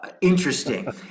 interesting